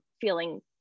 feeling